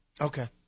Okay